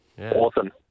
Awesome